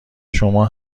شما